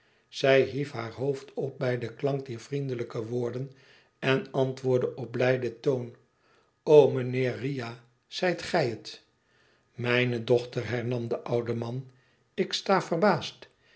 zij hief haar hoofd op bij den klank dier vriendelijke woorden en antwoordde op blijden toon mijnheer riah zijt gij het mijne dochter hernam de oude man i ik sta verbaasd